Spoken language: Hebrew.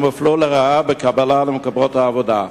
הם הופלו לרעה בקבלה למקומות העבודה.